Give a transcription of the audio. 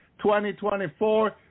2024